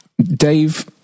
Dave